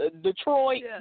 Detroit